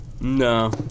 No